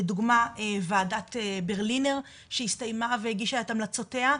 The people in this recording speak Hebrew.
לדוגמא-וועדת ברלינר שהסתיימה והגישה את המלצותיה.